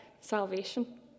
salvation